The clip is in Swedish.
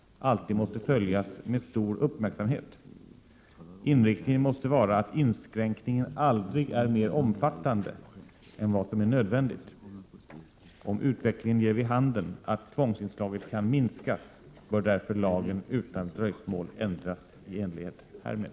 1987/88:136 följas med stor uppmärksamhet. Inriktningen måste vara att inskränkningen aldrig är mer omfattande än vad som är nödvändigt. Om utvecklingen ger vid handen att tvångsinslaget kan minskas, bör därför lagen utan dröjsmål ändras i enlighet härmed.”